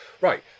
Right